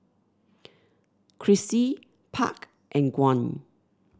Chrissy Park and Gwyn